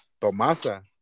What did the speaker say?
Tomasa